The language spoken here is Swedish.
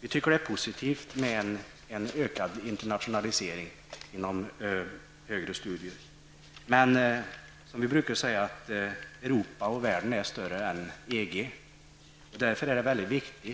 Vi anser att det är positivt med en ökad internationalisering inom högre studier. Men Europa och världen är större än EG. Därför är det mycket